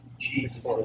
Jesus